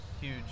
huge